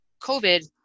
covid